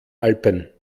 alpen